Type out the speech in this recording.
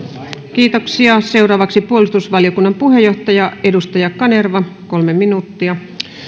kiitoksia seuraavaksi puolustusvaliokunnan puheenjohtaja edustaja kanerva kolme minuuttia